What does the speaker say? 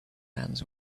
hands